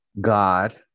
god